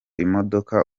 imodoka